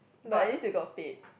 but at least we got paid